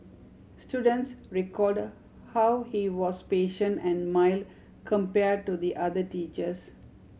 students recalled how he was patient and mild compare to the other teachers